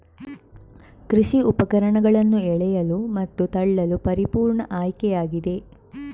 ಕೃಷಿ ಉಪಕರಣಗಳನ್ನು ಎಳೆಯಲು ಮತ್ತು ತಳ್ಳಲು ಪರಿಪೂರ್ಣ ಆಯ್ಕೆಯಾಗಿದೆ